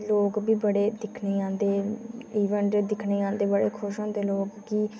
लोक बी बड़े दिक्खने गी औंदे इवेंट दिक्खने गी औंदे बड़े खुश होंदे लोक कि